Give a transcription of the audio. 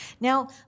now